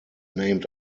named